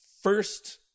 first